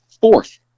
fourth